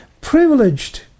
privileged